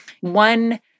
one